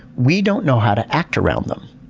we don't know how to act around them.